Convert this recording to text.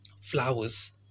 Flowers